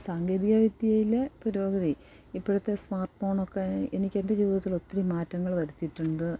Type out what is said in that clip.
സാങ്കേതിക വിദ്യയിൽ പുരോഗതി ഇപ്പോഴത്തെ സ്മാർട്ട് ഫോണൊക്കെ എനിക്ക് എൻ്റെ ജീവിതത്തിലൊത്തിരി മാറ്റങ്ങൾ വരുത്തിയിട്ടുണ്ട്